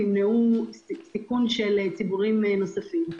ובכך ימנעו סיכון של אנשים נוספים.